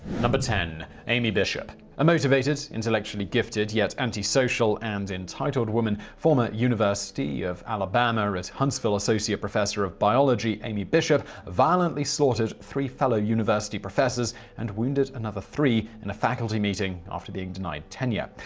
ten. amy bishop a motivated, intellectually gifted, yet anti-social and entitled woman, former university of alabama at huntsville associate professor of biology amy bishop violently slaughtered three fellow university professors and wounded another three in a faculty meeting after being denied tenure.